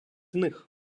них